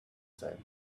same